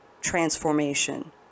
transformation